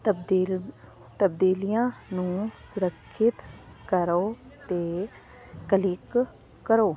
ਤਬਦੀਲ ਤਬਦੀਲੀਆਂ ਨੂੰ ਸੁਰੱਖਿਅਤ ਕਰੋ ਅਤੇ ਕਲਿੱਕ ਕਰੋ